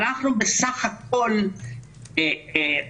אנחנו בסך הכול עושים,